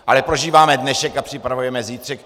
Ale prožíváme dnešek a připravujeme zítřek.